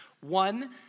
One